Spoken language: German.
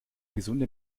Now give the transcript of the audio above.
gesunde